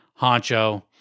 Honcho